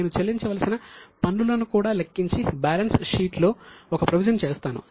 నేను చెల్లించవలసిన పన్నులను కూడా లెక్కించి బ్యాలెన్స్ షీట్లో ఒక ప్రొవిజన్ చేస్తాను